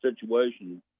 situation